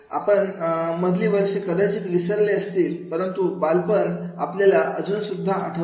आपण मधली वर्षे कदाचित विसरले असतील परंतु बालपण आपल्याला अजून सुद्धा आठवतं